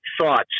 thoughts